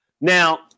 Now